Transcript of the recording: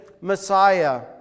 Messiah